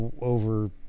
over